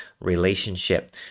relationship